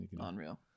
Unreal